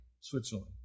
Switzerland